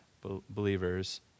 believers